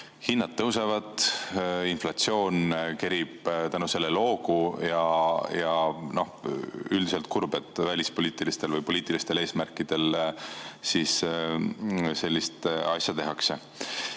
Hinnad tõusevad, inflatsioon kerib tänu sellele hoogu. Üldiselt on kurb, et välispoliitilistel või poliitilistel eesmärkidel sellist asja tehakse.